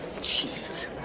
Jesus